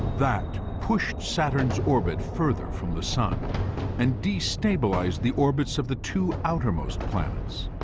that pushed saturn's orbit further from the sun and destabilized the orbits of the two outermost planets,